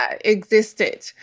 existed